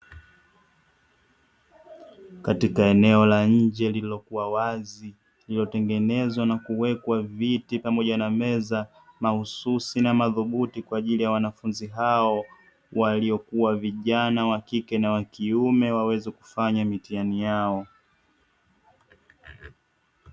Katika eneo la nje lililokuwa wazi lililotengenezwa na kuwekwa viti pamoja na meza mahususi na madhubuti kwa ajili ya wanafunzi hao, waliokuwa vijana wa kike na wa kiume waweze kufanya mitihani yao.